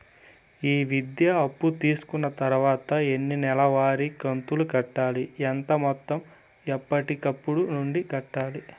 ఈ విద్యా అప్పు తీసుకున్న తర్వాత ఎన్ని నెలవారి కంతులు కట్టాలి? ఎంత మొత్తం ఎప్పటికప్పుడు నుండి కట్టాలి?